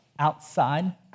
Outside